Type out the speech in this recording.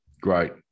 great